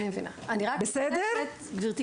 גברתי,